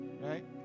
Right